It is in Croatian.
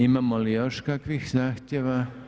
Imamo li još kakvih zahtjeva?